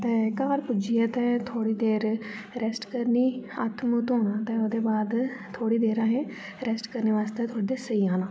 ते घर पुजियै ते थोह्ड़ी देर रैस्ट करनी हत्थ मुंह धोना ते ओह्दे बाद थोह्ड़ी देर असैं रैस्ट करने वास्तै थोह्ड़ी देर असे सेई जाना